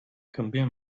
canvien